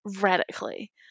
radically